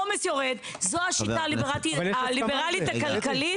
זו השיטה הליברלית הכלכלית,